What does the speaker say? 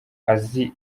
azi